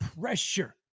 pressure